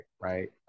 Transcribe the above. right